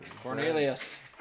Cornelius